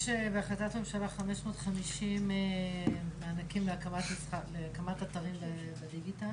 יש בהחלטת ממשלה 550 מענקים להקמת אתרים בדיגיטל,